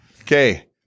Okay